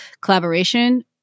collaboration